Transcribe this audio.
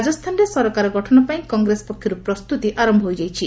ରାଜସ୍ଥାନରେ ସରକାର ଗଠନ ପାଇଁ କଂଗ୍ରେସ ପକ୍ଷରୁ ପ୍ରସ୍ତତି ଆରମ୍ଭ ହୋଇଯାଇଛି